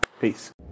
Peace